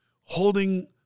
Holding